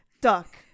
Duck